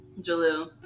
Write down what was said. Jalil